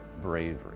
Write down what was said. bravery